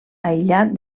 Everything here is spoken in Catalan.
aïllat